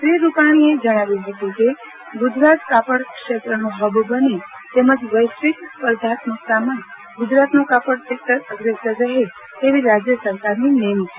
શ્રી રૂપાજીએ જજ્જાવ્યું હતું કે ગુજરાત કાપડ ક્ષેત્રનું હબ બને તેમજ વૈશ્વિક સ્પર્ધાત્મકતામાં ગુજરાતનું કાપડ સેક્ટર અશ્રેસર રહે તેવી રાજ્ય સરકારની નેમ છે